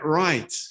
right